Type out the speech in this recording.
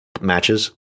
matches